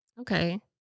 Okay